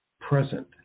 present